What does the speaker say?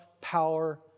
power